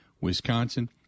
Wisconsin